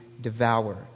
devour